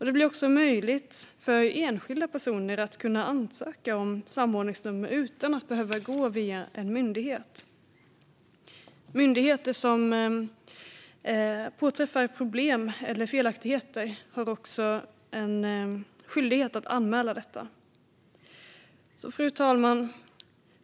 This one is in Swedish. Det blir också möjligt för enskilda personer att ansöka om samordningsnummer utan att behöva gå via en myndighet. Myndigheter som påträffar problem eller felaktigheter får också en skyldighet att anmäla detta. Fru talman!